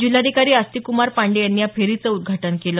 जिल्हाधिकारी अस्तिक कुमार पाण्डेय यांनी या फेरीचं उद्घाटन केल